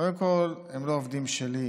קודם כול, הם לא עובדים שלי.